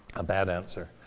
a bad answer.